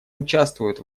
участвует